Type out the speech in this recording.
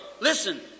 listen